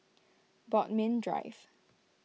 Bodmin Drive